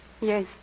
Yes